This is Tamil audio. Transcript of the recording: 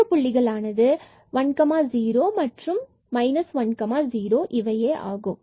மற்ற புள்ளிகள் ஆனது 10 and 10இவையே ஆகும்